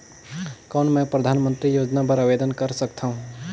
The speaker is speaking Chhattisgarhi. कौन मैं परधानमंतरी योजना बर आवेदन कर सकथव?